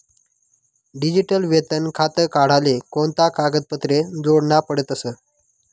Digital वेतन खातं काढाले कोणता कागदपत्रे जोडना पडतसं?